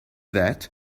that